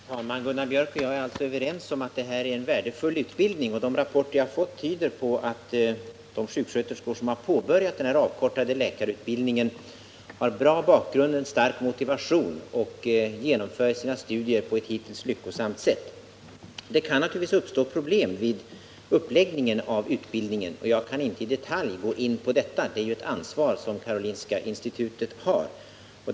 Herr talman! Gunnar Biörck och jag är alltså överens om att det här är en värdefull utbildning. De rapporter som jag har fått tyder på att de sjuksköterskor som har påbörjat den avkortade läkarutbildningen har bra bakgrund och en stark motivation. Studierna har också hittills genomförts på ett lyckosamt sätt. Det kan naturligtvis uppstå problem vid uppläggningen av utbildningen, men jag kan inte i detalj gå in på detta. Det är ju ett ansvar som Karolinska institutet har.